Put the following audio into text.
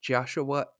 Joshua